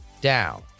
down